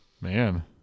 man